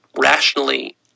rationally